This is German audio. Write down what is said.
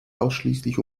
ausschließlich